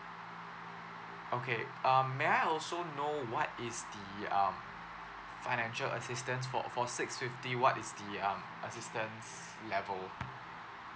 okay um may I also know what is the um financial assistance for for six fifty what is the um assistance level